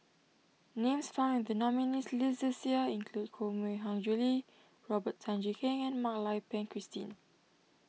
names found in the nominees' list this year include Koh Mui Hiang Julie Robert Tan Jee Keng and Mak Lai Peng Christine